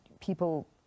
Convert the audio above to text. people